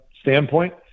standpoint